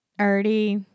already